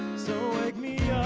so wake me